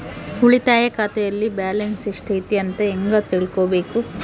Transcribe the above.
ಉಳಿತಾಯ ಖಾತೆಯಲ್ಲಿ ಬ್ಯಾಲೆನ್ಸ್ ಎಷ್ಟೈತಿ ಅಂತ ಹೆಂಗ ತಿಳ್ಕೊಬೇಕು?